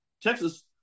Texas